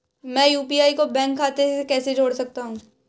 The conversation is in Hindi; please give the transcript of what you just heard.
मैं यू.पी.आई को बैंक खाते से कैसे जोड़ सकता हूँ?